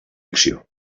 acció